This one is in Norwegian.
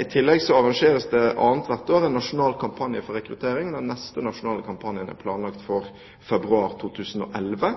I tillegg arrangeres det hvert annet år en nasjonal kampanje for rekruttering. Den neste nasjonale kampanjen er planlagt i februar 2011.